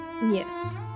Yes